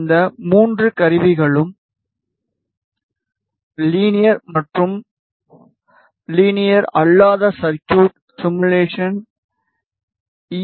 இந்த 3 கருவிகளும் லீனியர் மற்றும் லீனியர் அல்லாத சர்க்யூட் சிமுலேஷன் ஈ